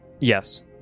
Yes